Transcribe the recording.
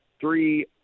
three